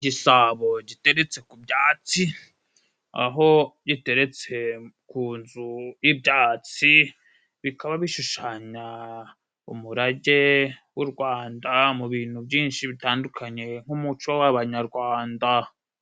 Igisabo giteritse ku byatsi aho giteretse ku nzu y'ibyatsi bikaba bishushanya umurage w'u Rwanda mu bintu byinshi bitandukanye nk'umuco w'abanyarwanda.